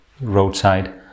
roadside